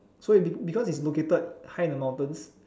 so it be~ because it's located high in the mountains